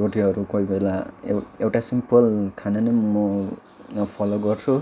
रोटीहरू कोही बेला एउटा सिम्पल खाना नै म फलो गर्छु